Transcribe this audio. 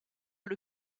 elle